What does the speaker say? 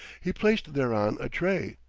he placed thereon a tray,